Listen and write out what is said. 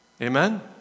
Amen